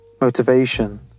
Motivation